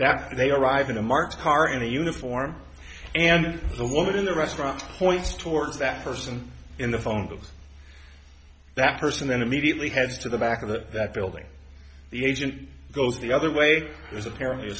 that they arrive in a marked car in a uniform and the woman in the restaurant points towards that person in the phone book that person then immediately heads to the back of that building the agent goes the other way there's apparently a